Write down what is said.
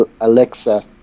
Alexa